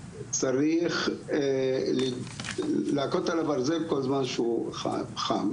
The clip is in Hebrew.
צריך להכות על הברזל כל זמן שהוא חם.